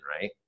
Right